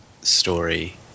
story